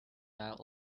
that